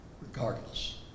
regardless